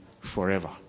forever